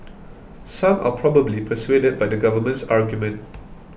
some are probably persuaded by the government's argument